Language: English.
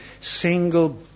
single